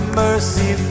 mercy